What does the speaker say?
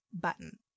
button